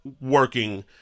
working